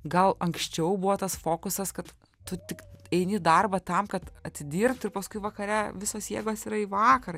gal anksčiau buvo tas fokusas kad tu tik eini į darbą tam kad atidirbt ir paskui vakare visos jėgos yra į vakarą